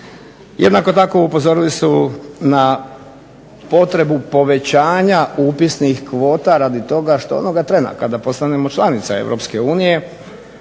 Jednako tako upozorili su na potrebu povećanja upisnih kvota radi toga što onoga trena kada postanemo članica